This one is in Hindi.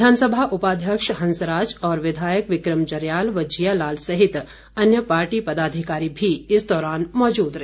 विधानसभा उपाध्यक्ष हंसराज और विधायक विक्रम जरयाल व जियालाल सहित अन्य पार्टी पदाधिकारी भी इस दौरान मौजूद रहे